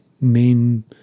main